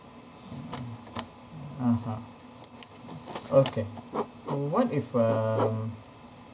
mm (uh huh) okay uh what if um